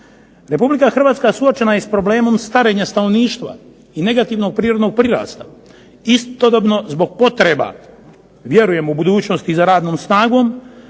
Republike Hrvatska suočena je s problemom starenja stanovništva i negativnog prirodnog prirasta, istodobno zbog potreba vjerujem u budućnost za radnjom snagom